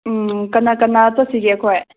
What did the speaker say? ꯎꯝ ꯀꯅꯥ ꯀꯅꯥ ꯆꯠꯁꯤꯒꯦ ꯑꯩꯈꯣꯏ